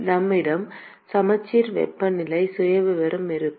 நம்மிடம சமச்சீர் வெப்பநிலை சுயவிவரம் இருக்கும்